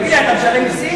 תגיד לי, אתה משלם מסים?